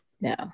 No